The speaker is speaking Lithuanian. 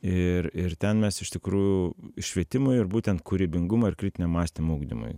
ir ir ten mes iš tikrųjų švietimui ir būtent kūrybingumo ir kritinio mąstymo ugdymui